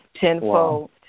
tenfold